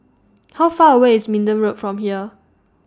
How Far away IS Minden Road from here